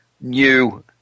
new